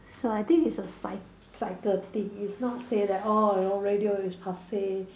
so I think it's a cy~ cycle thing it's not say that oh you know radio is passe